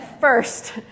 First